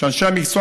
שאנשי המקצוע